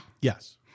Yes